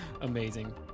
Amazing